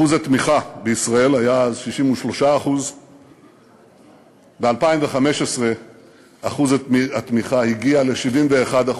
אחוז התמיכה בישראל היה אז 63%. ב-2015 אחוז התמיכה הגיע ל-71%.